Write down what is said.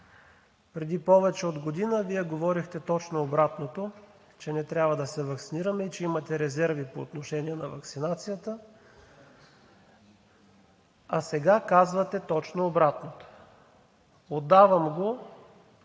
Преди повече от година Вие говорихте точно обратното – че не трябва да се ваксинираме и че имате резерви по отношение на ваксинацията, а сега казвате точно обратното. Отдавам го